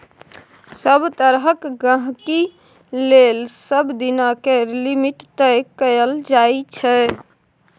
सभ तरहक गहिंकी लेल सबदिना केर लिमिट तय कएल जाइ छै